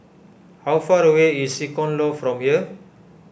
how far away is Icon Loft from here